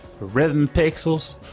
RhythmPixels